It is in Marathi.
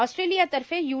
ऑस्ट्रेलियातर्फे यू